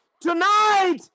tonight